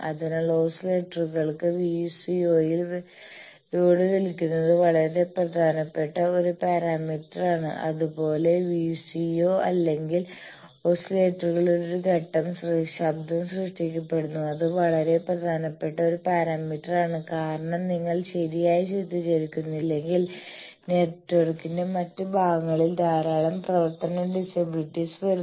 അതിനാൽ ഓസിലേറ്ററുകൾക്ക് VCO യിൽ ലോഡ് വലിക്കുന്നത് വളരെ പ്രധാനപ്പെട്ട ഒരു പാരാമീറ്ററാണ് അതുപോലെ VCO അല്ലെങ്കിൽ ഓസിലേറ്ററുകളിൽ ഒരു ഘട്ടം ശബ്ദം സൃഷ്ടിക്കപ്പെടുന്നു അത് വളരെ പ്രധാനപ്പെട്ട ഒരു പാരാമീറ്ററാണ് കാരണം നിങ്ങൾ ശരിയായി ചിത്രീകരിക്കുന്നില്ലെങ്കിൽ നെറ്റ്വർക്കിന്റെ മറ്റ് ഭാഗങ്ങളിൽ ധാരാളം പ്രവർത്തന ഡിസബിലിറ്റീസ് വരുന്നു